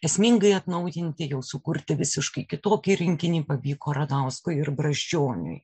esmingai atnaujinti jau sukurti visiškai kitokį rinkinį pavyko radauskui ir brazdžioniui